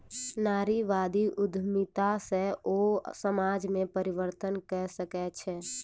नारीवादी उद्यमिता सॅ ओ समाज में परिवर्तन कय सकै छै